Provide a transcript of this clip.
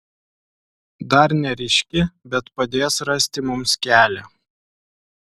dar neryški bet padės rasti mums kelią